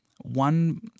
one